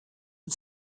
and